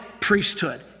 priesthood